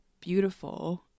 beautiful